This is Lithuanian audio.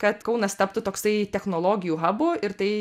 kad kaunas taptų toksai technologijų habu ir tai